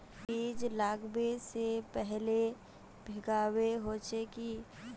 बीज लागबे से पहले भींगावे होचे की?